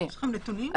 יש לכם נתונים?